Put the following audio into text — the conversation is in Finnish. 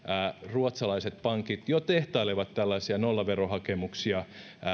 ruotsalaiset pankit jo tehtailevat tällaisia nollaverohakemuksia